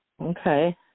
Okay